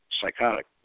psychotic